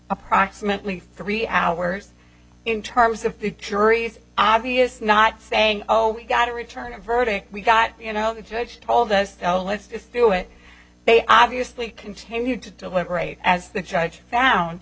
approximately three hours in terms of the jury is obviously not saying oh we got to return a verdict we got you know the judge told us oh let's just do it they obviously continued to deliberate as the judge